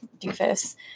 doofus